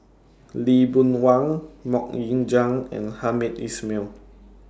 Lee Boon Wang Mok Ying Jang and Hamed Ismail